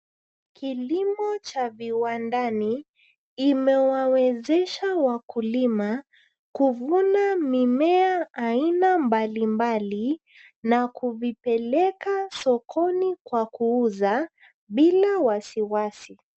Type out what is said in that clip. Kilimo cha viwandani imewawezesha wakulima kuvuna mimea aina mbalimbali na kuvipeleka sokoni kwa kuuza bila wasiwasi.